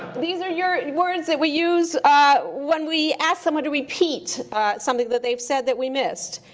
these are your words that we use when we ask someone to repeat something that they've said that we missed.